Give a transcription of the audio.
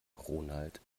ronald